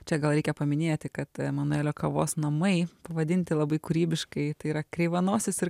čia gal reikia paminėti kad emanuelio kavos namai pavadinti labai kūrybiškai tai yra kreivanosis ir